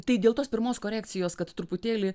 tai dėl tos pirmos korekcijos kad truputėlį